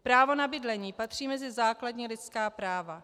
Právo na bydlení patří mezi základní lidská práva.